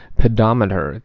pedometer